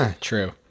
True